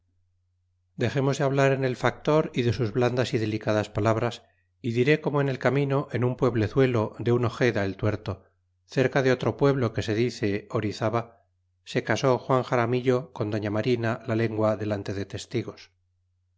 dexemos de hablar en el factor y de sus blandas y delicadas palabras y diré como en el camino en un pueblezuelo de un ojeda el tuerto cerca de otro pueblo que se dice orizaba se casó juan xaramillo con doña marina la lengua delante de testigos